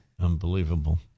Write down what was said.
Unbelievable